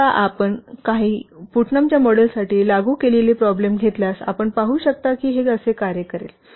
तर आता आपण आम्ही पुटनामच्या मॉडेलसाठी लागू केलेली प्रॉब्लेम घेतल्यास आपण पाहू शकता की हे असे कार्य करेल